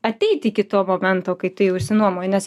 ateiti iki to momento kai tu jau išsinuomoji nes